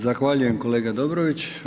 Zahvaljujem kolega Dobrović.